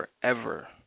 forever